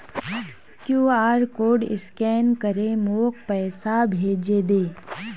QR code scan करे मोक पैसा भेजे दे